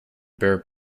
bare